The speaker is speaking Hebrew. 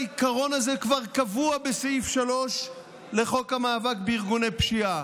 העיקרון הזה כבר קבוע בסעיף 3 לחוק המאבק בארגוני פשיעה,